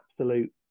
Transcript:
absolute